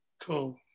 Cool